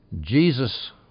Jesus